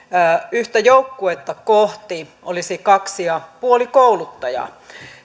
yhtä joukkuetta kohti olisi kaksi pilkku viisi kouluttajaa